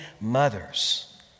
mothers